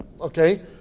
okay